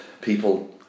people